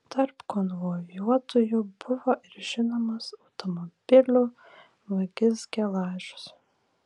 tarp konvojuotųjų buvo ir žinomas automobilių vagis gelažius